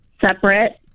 separate